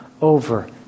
over